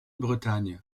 bretagne